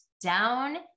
down